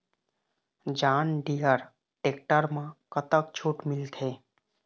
John Deere tractor म कतक छूट मिलथे?